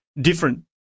different